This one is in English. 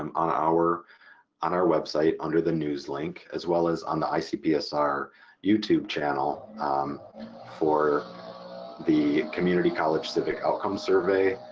um on our on our website under the news link as well as on the icpsr youtube channel um for the community college civic outcome survey,